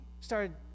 started